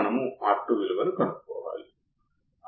ఆచరణాత్మక op amp input impedance అనేక 1000 లు